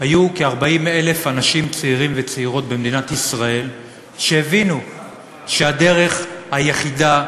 היו כ-40,000 צעירים וצעירות במדינת ישראל שהבינו שהדרך היחידה,